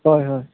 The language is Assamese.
হয় হয়